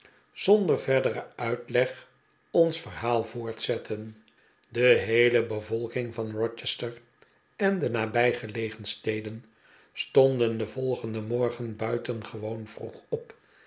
zonder verderen uitleg ons verhaal voortzetten de geheele bevolking van rochester en de nabijgelegen steden stond den volgenden morgen buitengewoon vroeg op